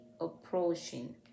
approaching